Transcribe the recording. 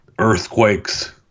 Earthquakes